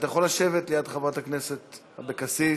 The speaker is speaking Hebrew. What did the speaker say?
אתה יכול לשבת ליד חברת הכנסת אבקסיס,